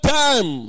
time